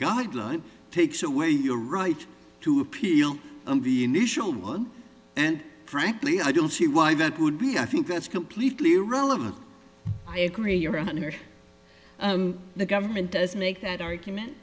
guideline takes away your right to appeal the initial one and frankly i don't see why that would be i think that's completely irrelevant i agree you're under the government does make that argument